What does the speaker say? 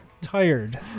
tired